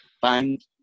find